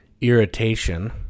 irritation